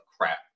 crap